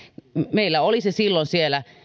meillä olisi silloin siellä